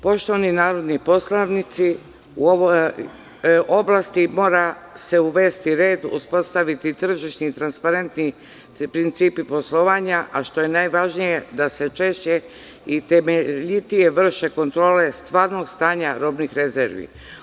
Poštovani narodni poslanici, u ovoj oblasti mora se uvesti red, uspostaviti tržišni transparentni principi poslovanja, a što je najvažnije da se češće i temeljnije vrše kontrole i stvarnog stanja robnih rezervi.